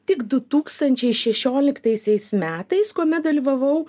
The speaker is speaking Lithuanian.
tik du tūkstančiai šešioliktaisiais metais kuomet dalyvavau